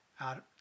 out